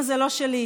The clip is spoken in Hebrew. הנאום הזה לא שלי,